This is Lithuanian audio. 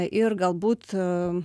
ir galbūt